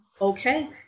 okay